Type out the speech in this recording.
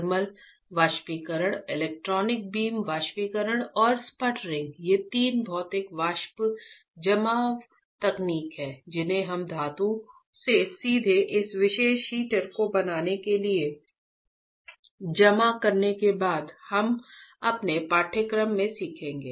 thermal वाष्पीकरण electron beam वाष्पीकरण और स्पटरिंग ये तीन भौतिक वाष्प जमाव तकनीक हैं जिन्हें हम धातु से सीधे इस विशेष हीटर को बनाने के लिए जमा करने के बाद हम अपने पाठ्यक्रम में सीखेंगे